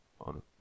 on